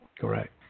Correct